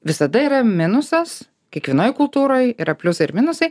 visada yra minusas kiekvienoj kultūroj yra pliusai ir minusai